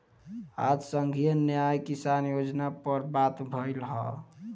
आज संघीय न्याय किसान योजना पर बात भईल ह